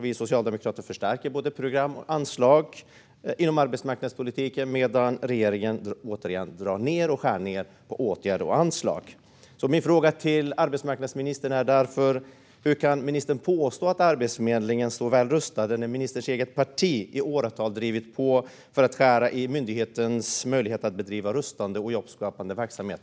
Vi socialdemokrater förstärker både program och anslag inom arbetsmarknadspolitiken, medan regeringen återigen skär ned på åtgärder och anslag. Min fråga till arbetsmarknadsministern är därför: Hur kan ministern påstå att Arbetsförmedlingen står väl rustad när ministerns eget parti i åratal har drivit på för att skära ned myndighetens möjligheter att bedriva rustande och jobbskapande verksamhet?